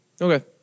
Okay